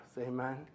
amen